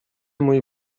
mój